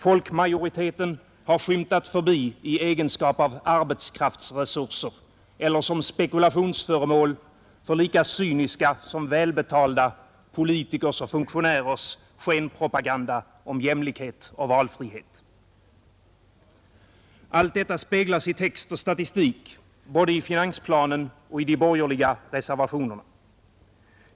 Folkmajoriteten har skymtat förbi i egenskap av ”arbetskraftsresurser” eller som spekulationsföremål för lika cyniska som välbetalda politikers och funktionärers skenpropaganda om jämlikhet och valfrihet. Allt detta speglas i text och statistik både i finansplanen och i de borgerliga reservationerna.